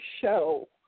show